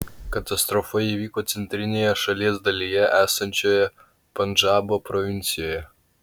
katastrofa įvyko centrinėje šalies dalyje esančioje pandžabo provincijoje